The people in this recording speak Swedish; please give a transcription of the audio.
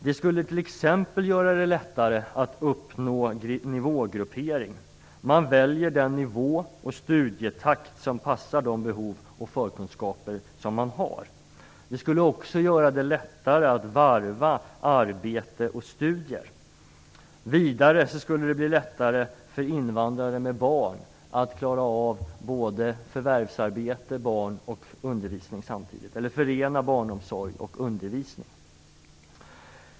Det skulle t.ex. göra det lättare att göra en nivågruppering. Man väljer då den nivå och den studietakt som passar de behov och de förkunskaper som man har. Det skulle göra det lättare att varva arbete och studier. Vidare skulle det bli lättare för invandrare med barn att förena barnomsorg med utbildning.